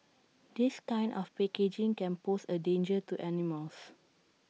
this kind of packaging can pose A danger to animals